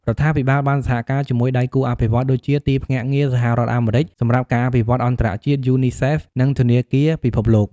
រដ្ឋាភិបាលបានសហការជាមួយដៃគូអភិវឌ្ឍន៍ដូចជា ទីភ្នាក់ងារសហរដ្ឋអាមេរិកសម្រាប់ការអភិវឌ្ឍអន្តរជាតិ យូនីសេហ្វ និងធនាគារពិភពលោក។